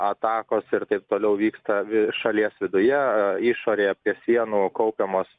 atakos ir taip toliau vyksta šalies viduje išorėje prie sienų kaupiamos